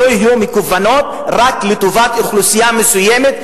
יהיו מכוונות רק לטובת אוכלוסייה מסוימת,